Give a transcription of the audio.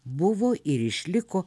buvo ir išliko